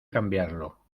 cambiarlo